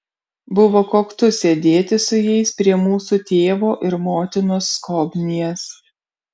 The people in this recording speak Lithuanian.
buvo koktu sėdėti su jais prie mūsų tėvo ir motinos skobnies